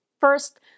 First